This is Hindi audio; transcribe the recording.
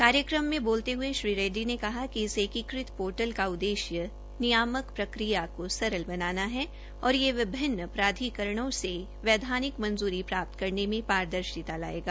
कार्यक्रम में बोलते हऐ श्री रेड्डी ने कहा कि एकीकृत पोर्टल का उद्देश्य नियामक प्रक्रिया को सरल बनाना है और विभिन्न प्राधिकरणों से वैद्यानिक मंजूरी प्राप्त करने में पारदर्शिता लायेगा